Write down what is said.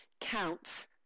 counts